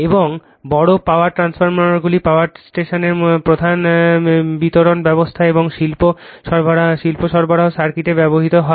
এবং বড় পাওয়ার ট্রান্সফরমারগুলি পাওয়ার স্টেশনের প্রধান বিতরণ ব্যবস্থা এবং শিল্প সরবরাহ সার্কিটে ব্যবহৃত হয়